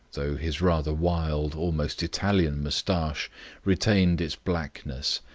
though his rather wild almost italian moustache retained its blackness,